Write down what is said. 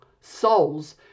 souls